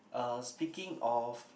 uh speaking of